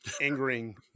angering